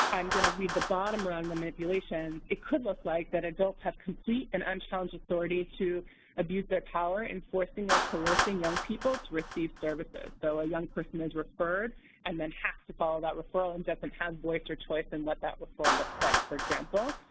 i'm going to read the bottom rung the manipulation it could look like that adults have complete and unchallenged authority to abuse their power, enforcing or coercing young people to receive services. so a young person is referred and then has to follow that referral and doesn't have voice or choice in what that referral looks like, for example,